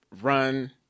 run